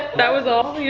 that was all? you